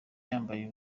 yambaye